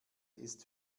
ist